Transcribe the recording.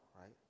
right